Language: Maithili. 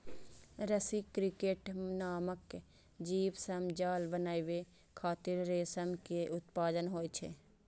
रसी क्रिकेट नामक जीव सं जाल बनाबै खातिर रेशम के उत्पादन होइ छै